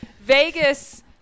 Vegas